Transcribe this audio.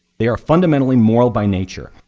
they are fundamentally moral by nature.